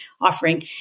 offering